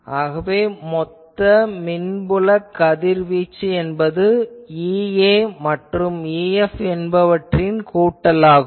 ஆகவே மொத்த மின்புலக் கதிவீச்சு என்பது EA மற்றும் EF என்பவற்றின் கூட்டலாகும்